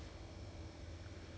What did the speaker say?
oh